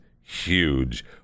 huge